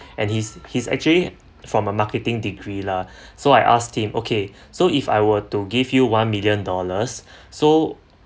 and he's he's actually form a marketing degree lah so I asked him okay so if I were to give you one million dollars so